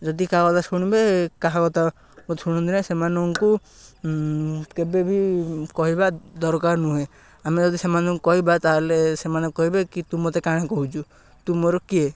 ଯଦି କାହା କଥା ଶୁଣିବେ କାହା କଥା ମଧ୍ୟ ଶୁଣୁନ୍ତି ନାହିଁ ସେମାନଙ୍କୁ କେବେ ବି କହିବା ଦରକାର ନୁହେଁ ଆମେ ଯଦି ସେମାନଙ୍କୁ କହିବା ତାହେଲେ ସେମାନେ କହିବେ କି ତୁ ମୋତେ କା'ଣା କହୁଛୁ ତୁ ମୋର କିଏ